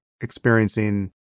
experiencing